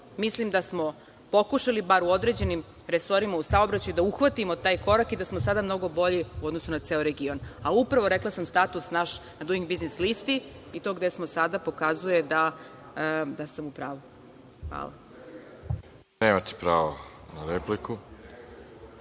mislim da smo pokušali bar u određenim resorima u saobraćaju da uhvatimo taj korak i da smo sada mnogo bolji u odnosu na ceo region, a rekla sam status naš na Duing biznis listi, i to gde smo sada, pokazuje da sam u pravu. Hvala. **Veroljub